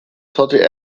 torte